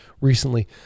recently